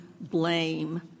blame